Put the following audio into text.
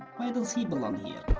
why does he belong here?